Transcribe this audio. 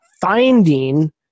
finding